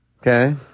Okay